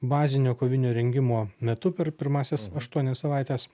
bazinio kovinio rengimo metu per pirmąsias aštuonias savaites